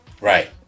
Right